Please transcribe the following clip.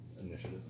initiative